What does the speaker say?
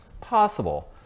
Possible